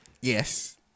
Yes